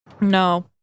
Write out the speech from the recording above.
No